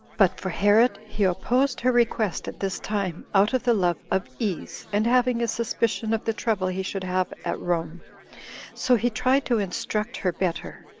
but for herod, he opposed her request at this time, out of the love of ease, and having a suspicion of the trouble he should have at rome so he tried to instruct her better.